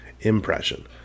impression